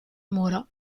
muro